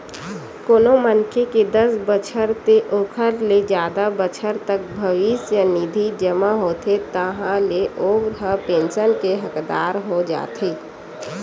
कोनो मनखे के दस बछर ते ओखर ले जादा बछर तक भविस्य निधि जमा होथे ताहाँले ओ ह पेंसन के हकदार हो जाथे